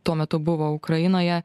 tuo metu buvo ukrainoje